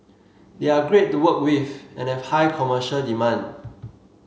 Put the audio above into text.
they are great to work with and have high commercial demand